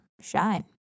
shine